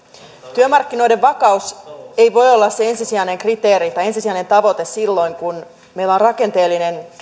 työmarkkinoiden vakaus ei voi olla se ensisijainen kriteeri tai ensisijainen tavoite silloin kun meillä on rakenteellinen